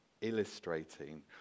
illustrating